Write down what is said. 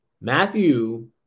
Matthew